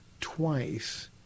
twice